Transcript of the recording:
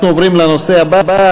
אנחנו עוברים לנושא הבא,